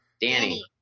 Danny